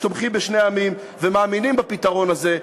שתומכים בשתי מדינות לשני עמים ומאמינים בפתרון הזה,